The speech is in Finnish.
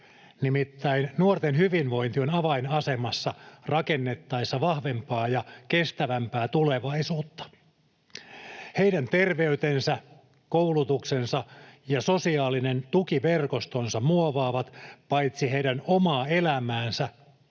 nimittäin nuorten hyvinvointi on avainasemassa rakennettaessa vahvempaa ja kestävämpää tulevaisuutta. Heidän terveytensä, koulutuksensa ja sosiaalinen tukiverkostonsa muovaavat paitsi heidän omaa elämäänsä